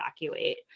evacuate